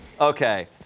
Okay